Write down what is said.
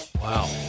Wow